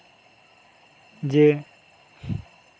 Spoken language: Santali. ᱡᱮ